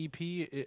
EP